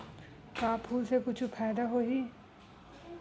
का फूल से कुछु फ़ायदा होही?